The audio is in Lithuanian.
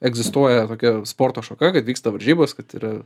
egzistuoja tokia sporto šaka kad vyksta varžybos kad yra